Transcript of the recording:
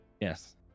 Yes